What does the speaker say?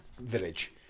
Village